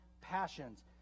passions